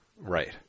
Right